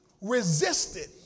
resisted